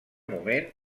moment